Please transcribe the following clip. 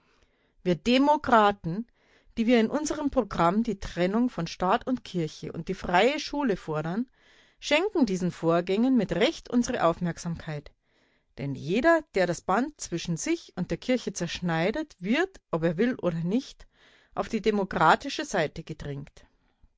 wir demokraten die wir in unserem programm die trennung von staat und kirche und die freie schule fordern schenken diesen vorgängen mit recht unsere aufmerksamkeit denn jeder der das band zwischen sich und der kirche zerschneidet wird ob er will oder nicht auf die demokratische seite